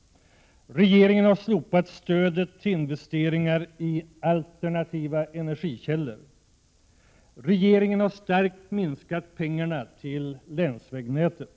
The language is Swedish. — Regeringen har slopat stödet till investeringar i alternativa energikällor. — Regeringen har avsevärt minskat pengarna till länsvägnätet.